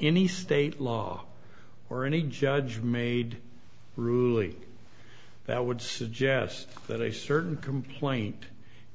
any state law or any judge made ruly that would suggest that a certain complaint